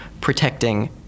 protecting